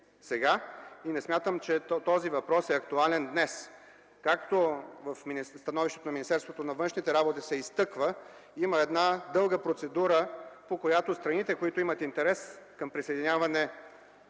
е сега и че този въпрос е актуален днес. Както в становището на Министерството на външните работи се изтъква, има една дълга процедура, по която страните, които имат интерес към присъединяване